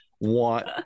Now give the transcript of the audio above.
want